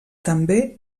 també